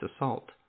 assault